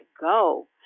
go